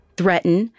threaten